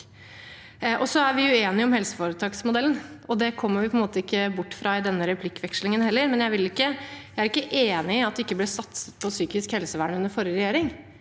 Så er vi uenige om helseforetaksmodellen, og det kommer vi ikke bort fra i denne replikkvekslingen heller. Men jeg er ikke enig i at det ikke ble satset på psykisk helsevern under forrige regjering.